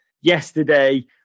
yesterday